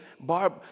Barb